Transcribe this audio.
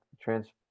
trans